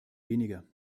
weniger